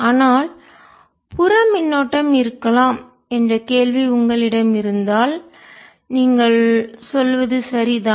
ஆனால் புற மின்னோட்டம் இருக்கலாம் என்ற கேள்வி உங்களிடம் இருந்தால் நீங்கள் சொல்வது சரிதான்